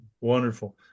Wonderful